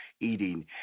eating